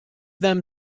them